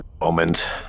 Moment